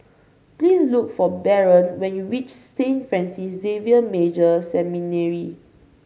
please look for Baron when you reach Saint Francis Xavier Major Seminary